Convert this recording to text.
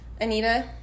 anita